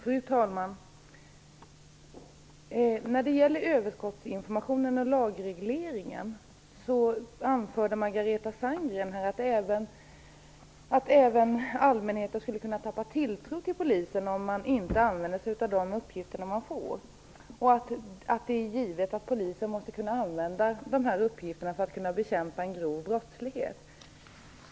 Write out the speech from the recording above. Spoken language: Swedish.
Fru talman! När det gäller överskottsinformationen och lagregleringen anförde Margareta Sandgren att även allmänheten skulle kunna tappa tilltron till polisen om den inte använde sig av de uppgifter den får och att det är givet att polisen måste kunna använda de här uppgifterna för att kunna bekämpa grov brottslighet.